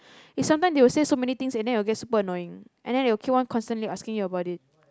it's sometime they will say so many things and then it will get super annoying and then they will keep on constantly asking you about it